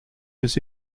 was